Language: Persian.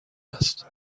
است